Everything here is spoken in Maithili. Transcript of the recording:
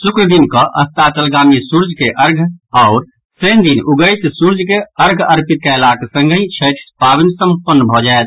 शुक्र दिन कऽ अस्ताचलगामी सूर्य के अर्घ्य आओर शनि दिन उगैत सूर्य के अर्घ्य अर्पित कयलाक संगहि छठि पावनि सम्पन्न भऽ जायत